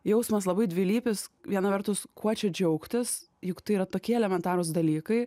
jausmas labai dvilypis viena vertus kuo čia džiaugtis juk tai yra tokie elementarūs dalykai